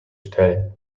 stellen